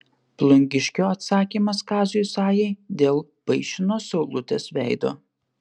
plungiškio atsakymas kaziui sajai dėl paišino saulutės veido